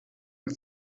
ein